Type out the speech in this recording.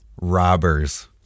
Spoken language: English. Robbers